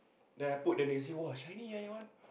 then I put then they see [wah] shiny ah your one